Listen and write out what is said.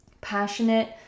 passionate